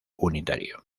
unitario